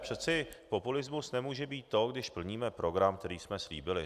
Přece populismus nemůže být to, když plníme program, který jsme slíbili.